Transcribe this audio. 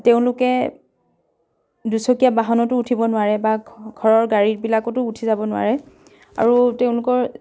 তেওঁলোকে দুচকীয়া বাহনতো উঠিব নোৱাৰে বা ঘৰৰ গাড়ীবিলাকতো উঠি যাব নোৱাৰে আৰু তেওঁলোকৰ